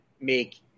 make